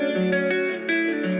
you know